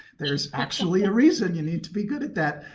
there's actually a reason you need to be good at that.